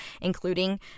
including